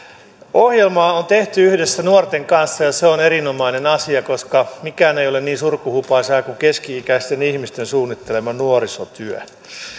ohjelmaa on tehty yhdessä nuorten kanssa ja se on erinomainen asia koska mikään ei ole niin surkuhupaisaa kuin keski ikäisten ihmisten suunnittelema nuorisotyö